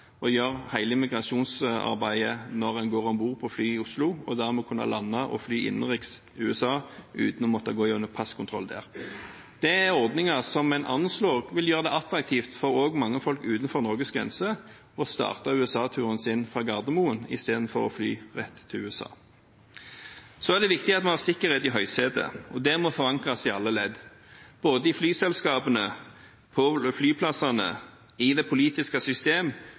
og gjøre hele migrasjonsarbeidet når en går om bord på flyet i Oslo, og dermed kan lande og fly innenriks i USA uten å måtte gå gjennom passkontrollen der. Det er ordninger som en anslår vil gjøre det attraktivt også for mange utenfor Norges grenser å starte USA-turen sin fra Gardermoen, istedenfor å fly rett til USA. Så er det viktig at vi har sikkerhet i høysetet. Det må forankres i alle ledd, både i flyselskapene, på flyplassene, i det politiske